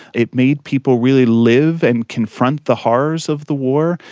it made people really live and confront the horrors of the war.